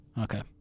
Okay